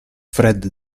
fred